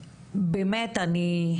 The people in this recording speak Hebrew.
הוא עוקב אחרי הטלפון שלי,